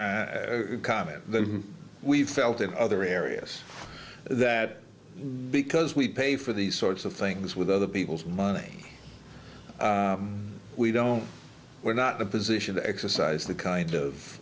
comment that we've felt in other areas that because we pay for these sorts of things with other people's money we don't we're not a position to exercise the kind of